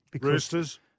Roosters